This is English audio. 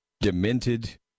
demented